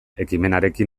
ekimenarekin